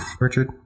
Richard